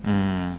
mm